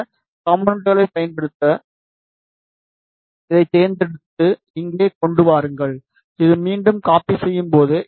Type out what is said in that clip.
இந்த காம்போனென்ட்களை பயன்படுத்த இதைத் தேர்ந்தெடுத்து இங்கே கொண்டு வாருங்கள் இது மீண்டும் காப்பி செயும்போது